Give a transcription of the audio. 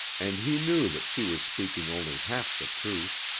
and he knew that she was speaking only half the truth.